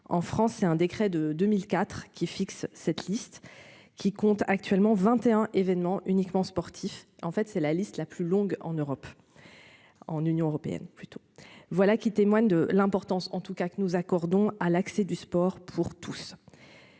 en France, c'est un décret de 2000 IV qui fixe cette liste, qui compte actuellement 21 Événement uniquement sportif, en fait, c'est la liste la plus longue en Europe en Union européenne plutôt voilà qui témoigne de l'importance, en tout cas que nous accordons à l'accès du sport pour tous,